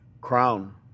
Crown